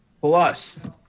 plus